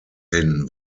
hin